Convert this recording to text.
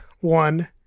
one